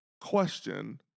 Question